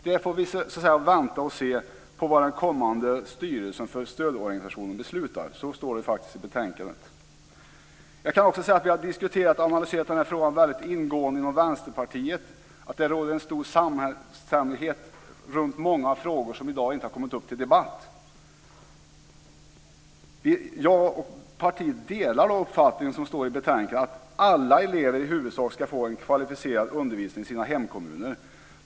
Där får vi vänta och se vad den kommande styrelsen för stödorganisationen beslutar - så står det faktiskt i betänkandet. Vi har analyserat och diskuterat denna fråga väldigt ingående inom Vänsterpartiet. Det råder en stor samstämmighet runt många frågor som i dag inte kommit upp till debatt. Jag och partiet delar den uppfattningen, som det står i betänkandet, att alla elever i huvudsak ska få en kvalificerad undervisning i sina hemkommuner.